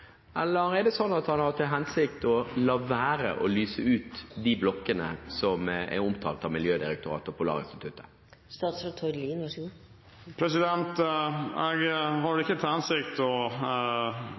eller har han til hensikt å la være å lyse ut de blokkene som er omtalt av Miljødirektoratet og Polarinstituttet? Jeg har